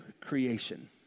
creation